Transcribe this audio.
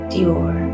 Dior